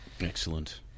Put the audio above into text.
Excellent